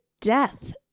death